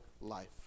life